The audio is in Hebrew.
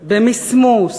במסמוס,